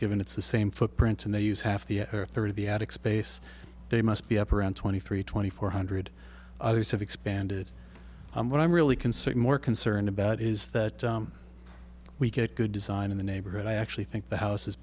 given it's the same footprint and they use half the third of the attic space they must be up around twenty three twenty four hundred others have expanded what i'm really concerned more concerned about is that we get good design in the neighborhood i actually think the house